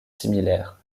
similaires